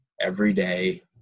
everyday